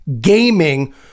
gaming